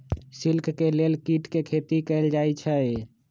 silk के लेल कीट के खेती कएल जाई छई